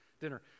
dinner